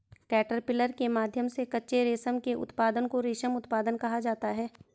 caterpillar के माध्यम से कच्चे रेशम के उत्पादन को रेशम उत्पादन कहा जाता है